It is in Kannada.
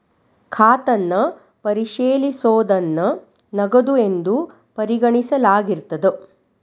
ಖಾತನ್ನ ಪರಿಶೇಲಿಸೋದನ್ನ ನಗದು ಎಂದು ಪರಿಗಣಿಸಲಾಗಿರ್ತದ